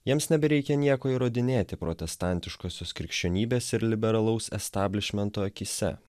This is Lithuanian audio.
jiems nebereikia nieko įrodinėti protestantiškosios krikščionybės ir liberalaus establišmento akyse